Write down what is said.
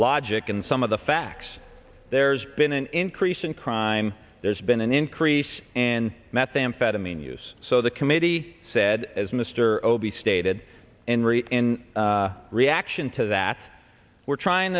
logic and some of the facts there's been an increase in crime there's been an increase in methamphetamine use so the committee said as mister or o b stated in ri in reaction to that we're trying